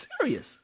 serious